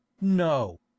No